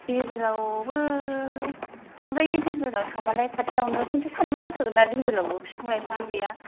दिरबिल आव बो थांजायो थांबालाय खाथिआवनो खिन्थु सान्दुं गोसा सो ना दिरबिल आवबो फिफां लाइफां आनो गैया